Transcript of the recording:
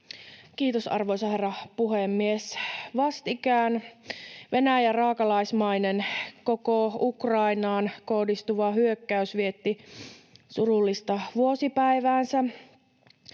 Kiitos, arvoisa herra puhemies! Vastikään Venäjän raakalaismainen koko Ukrainaan kohdistuva hyökkäys vietti surullista vuosipäiväänsä.